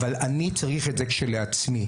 אבל אני צריך את זה כשלעצמי.